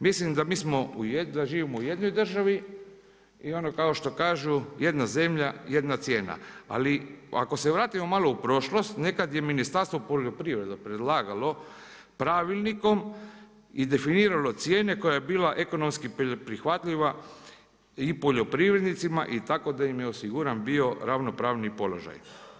Mislim da mi živimo u jednoj državi i ono kao što kažu, jedna zemlja, jedna cijena ali ako se vratimo malo u prošlost, nekad je Ministarstvo poljoprivrede predlagalo pravilnikom i definiralo cijene koja je bila ekonomski prihvatljiva i poljoprivrednicima i tako da im je osiguran bio ravnopravni položaj.